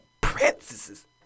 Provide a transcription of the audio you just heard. princesses